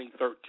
2013